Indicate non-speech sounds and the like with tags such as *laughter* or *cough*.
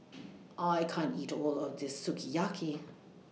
*noise* I can't eat All of This Sukiyaki